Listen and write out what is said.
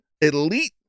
elite